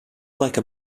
like